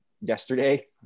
yesterday